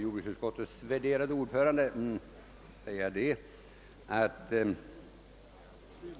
Herr talman!